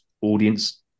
audience